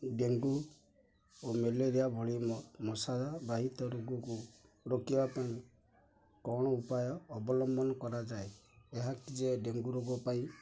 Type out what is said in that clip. dengue ଓ malaria ଭଳି ମଶା ବାହିତ ରୋଗକୁ ରୋକିବା ପାଇଁ କ'ଣ ଉପାୟ ଅବଲମ୍ବନ କରାଯାଏ ଏହା କି ଯେ ଡେଙ୍ଗୁ ରୋଗ ପାଇଁ